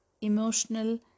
emotional